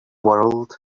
world